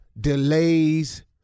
delays